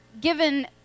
given